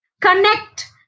connect